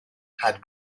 had